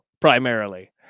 primarily